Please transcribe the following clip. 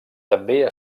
també